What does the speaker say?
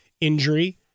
injury